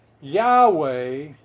Yahweh